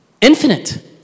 infinite